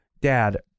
dad